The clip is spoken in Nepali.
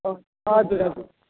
हजुर हजुर